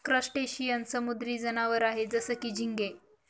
crustacean समुद्री जनावर आहे जसं की, झिंगे